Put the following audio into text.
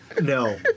No